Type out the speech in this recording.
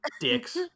dicks